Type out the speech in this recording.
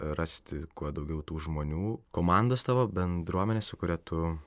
rasti kuo daugiau tų žmonių komandos tavo bendruomenę su kuria tu